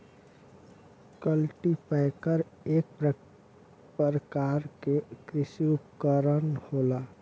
cultipacker एक परकार के कृषि उपकरन होला